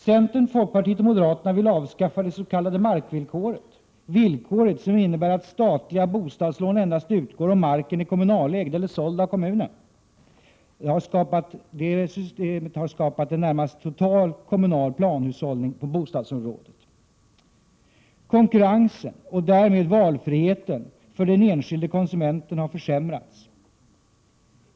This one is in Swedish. Centern, folkpartiet och moderaterna vill avskaffa det s.k. markvillkoret. Villkoret — som innebär att statliga bostadslån endast utgår om marken är kommunalägd eller såld av kommunen — har skapat en närmast total kommunal planhushållning på bostadsområdet. Konkurrensen och därmed valfriheten för den enskilde konsumenten har försämrats.